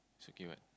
is okay what